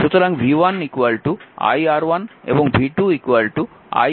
সুতরাং v1 i R1 এবং v2 i R2